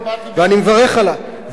ואני מברך על כך.